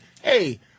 hey